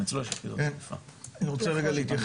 גם אצלו יש --- אני רוצה רגע להתייחס,